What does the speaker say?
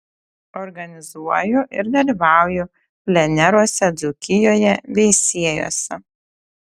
organizuoju ir dalyvauju pleneruose dzūkijoje veisiejuose